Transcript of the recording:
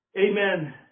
Amen